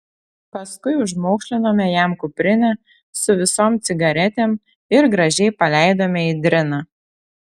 paskui užmaukšlinome jam kuprinę su visom cigaretėm ir gražiai paleidome į driną